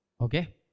Okay